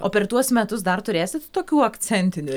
o per tuos metus dar turėsit tokių akcentinių